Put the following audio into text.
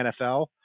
NFL